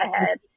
ahead